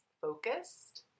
focused